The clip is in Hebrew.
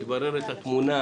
מתבררת התמונה